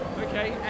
okay